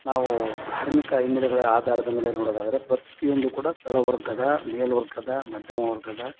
ನಾವು ಧಾರ್ಮಿಕ ಹಿನ್ನೆಲೆಗಳ ಆಧಾರದ ಮೇಲೆ ನೋಡೋದಾದರೆ ಪ್ರತಿಯೊಂದು ಕೂಡ ತಳವರ್ಗದ ಮೇಲ್ವರ್ಗದ ಮಧ್ಯಮ ವರ್ಗದ